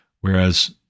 whereas